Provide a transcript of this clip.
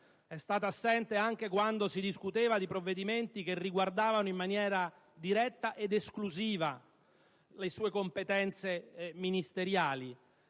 è stata assente anche quando si discuteva di provvedimenti che riguardavano in maniera diretta ed esclusiva le sue competenze ministeriali.